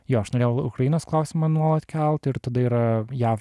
jo aš norėjau ukrainos klausimą nuolat kelt ir tada yra jav